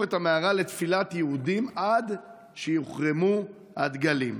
את המערה לתפילת יהודים עד שיוחרמו הדגלים.